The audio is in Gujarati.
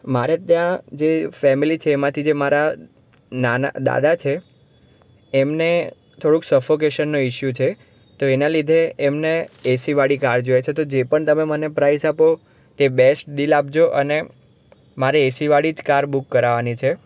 મારે ત્યાં જે ફેમીલી છે એમાંથી જે મારા નાના દાદા છે એમને થોડુંક સફોકેશનનો ઈશ્યું છે તો એના લીધે એમને એસીવાળી કાર જોઈએ છે તો જે પણ મને તમે પ્રાઇઝ આપો તે બેસ્ટ ડીલ આપજો અને મારે એસીવાળી જ કાર બુક કરાવવાની છે